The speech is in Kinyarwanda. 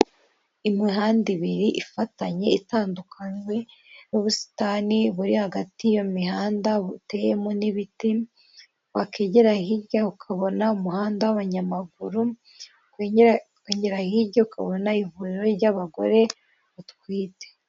Imihanda ibiri ifatanye itandukanijwe n'ubusitani buri hagati y'iyo mihanda buteyemo n'ibiti, wakwigira hirya ukabona umuhanda w'abanyamaguru, wakwigira hirya ukabona ivuriro ry'abagore batwite.